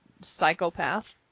psychopath